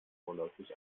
vorläufig